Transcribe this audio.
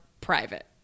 private